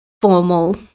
formal